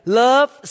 love